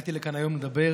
הגעתי לכאן היום לדבר